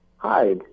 Hi